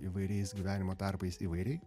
įvairiais gyvenimo tarpais įvairiai